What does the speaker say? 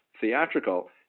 theatrical